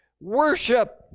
Worship